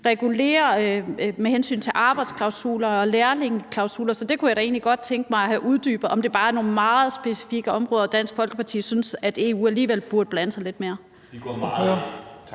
regulerer det med hensyn til arbejdsklausuler og lærlingeklausuler. Det kunne jeg da egentlig godt tænke mig at få uddybet, altså om det bare er på nogle meget specifikke områder, Dansk Folkeparti synes EU alligevel burde blande sig lidt mere.